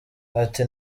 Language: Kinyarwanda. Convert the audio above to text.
ati